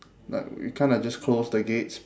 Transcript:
uh we kind of just close the gates